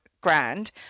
grand